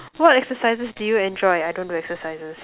what exercises do you enjoy I don't do exercises